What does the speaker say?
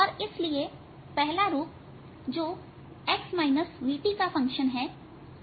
और इसलिए पहला रूप जो का फंक्शन है